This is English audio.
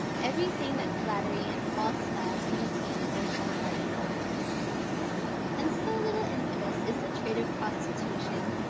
every thing that flattery and false smiles can obtain in those unguarded moments and so little infamous is the trade of prostitution,